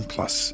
Plus